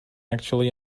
actually